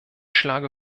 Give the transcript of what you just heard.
schlage